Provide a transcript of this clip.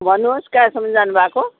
भन्नुहोस् कहाँसम्म जानुभएको